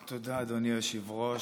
תודה, אדוני היושב-ראש.